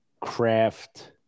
craft